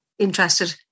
interested